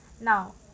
Now